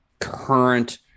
current